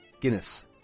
Guinness